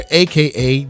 aka